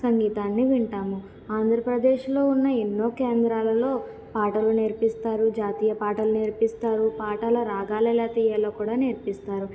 సంగీతాన్ని వింటాము ఆంధ్రప్రదేశ్లో ఉన్న ఎన్నో కేంద్రాలలో పాటలు నేర్పిస్తారు జాతీయ పాటలు నేర్పిస్తారు పాటల రాగాలు ఎలా తీయాలో కూడా నేర్పిస్తారు